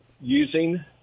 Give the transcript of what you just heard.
using